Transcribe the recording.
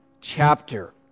chapter